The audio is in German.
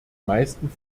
meisten